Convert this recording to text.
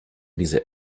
diese